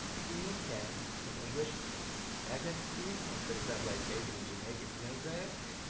beer can in english accent. beer can. but it sounds like bacon in jamaican, you know